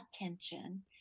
attention